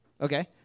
Okay